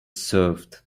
served